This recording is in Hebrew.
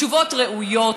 תשובות ראויות,